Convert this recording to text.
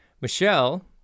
Michelle